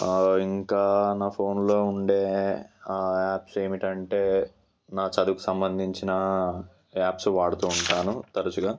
ఇంకా నా ఫోన్లో ఉండే యాప్స్ ఏమిటంటే నా చదువుకు సంబంధించిన యాప్స్ వాడుతూ ఉంటాను తరచుగా